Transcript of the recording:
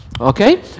Okay